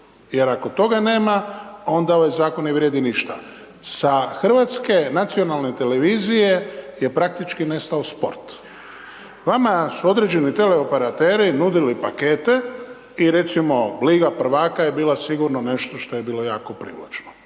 jer ako toga nema, onda ovaj zakon ne vrijedi ništa. Sa hrvatske nacionalne televizije je praktički nestao sport. Vama su određeni teleoperateri nudili pakete i recimo liga prvaka je bila sigurno nešto što je bilo privlačno.